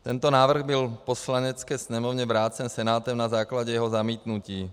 Tento návrh byl Poslanecké sněmovně vrácen Senátem na základě jeho zamítnutí.